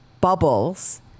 bubbles